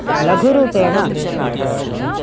लघुरूपेण